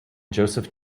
joseph